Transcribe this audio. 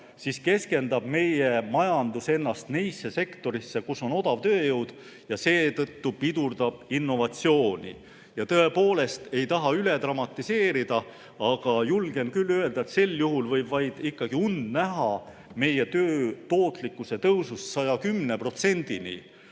siis keskendub meie majandus nendele sektoritele, kus on odav tööjõud. See pidurdab innovatsiooni. Tõepoolest, ei taha üle dramatiseerida, aga julgen küll öelda, et sel juhul võib vaid und näha meie töö tootlikkuse tõusust 110%-ni